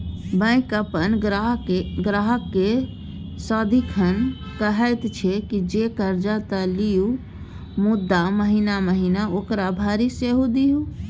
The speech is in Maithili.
बैंक अपन ग्राहककेँ सदिखन कहैत छै जे कर्जा त लिअ मुदा महिना महिना ओकरा भरि सेहो दिअ